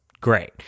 Great